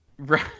Right